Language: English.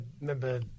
remember